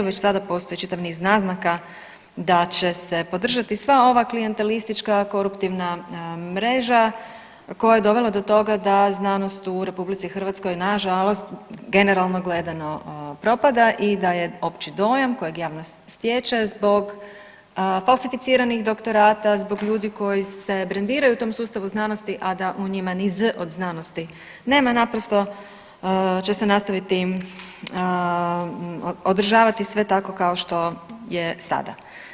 Već sada postoji čitav niz naznaka da će se podržati sva ova klijentelistička koruptivna mreža koja je dovela do toga da znanost u RH nažalost generalno gledano propada i da je opći dojam kojeg javnost stječe zbog falsificiranih doktorata, zbog ljudi koji se brendiraju u tom sustavu znanosti, a da u njima ni z od znanosti nema naprosto će se nastaviti održavati sve tako kao što je sada.